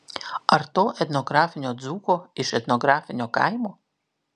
ar to etnografinio dzūko iš etnografinio kaimo